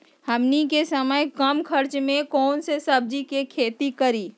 हमनी के सबसे कम खर्च में कौन से सब्जी के खेती करी?